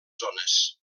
zones